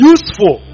Useful